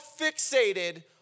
fixated